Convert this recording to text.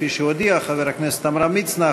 כפי שהודיע חבר הכנסת עמרם מצנע,